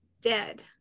dead